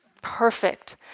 perfect